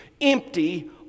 empty